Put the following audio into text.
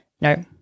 no